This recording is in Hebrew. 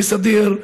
בסדיר,